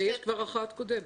ויש כבר אחת קודמת.